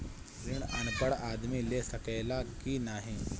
ऋण अनपढ़ आदमी ले सके ला की नाहीं?